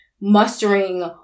mustering